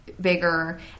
bigger